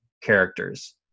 characters